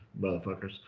motherfuckers